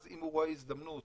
אם הוא רואה הזדמנות